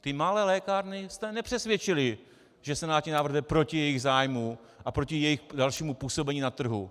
Ty malé lékárny jste nepřesvědčili, že senátní návrh jde proti jejich zájmu a proti jejich dalšímu působení na trhu.